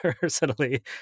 personally